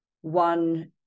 one